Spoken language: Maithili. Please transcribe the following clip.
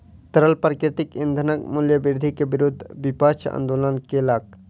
तरल प्राकृतिक ईंधनक मूल्य वृद्धि के विरुद्ध विपक्ष आंदोलन केलक